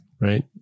Right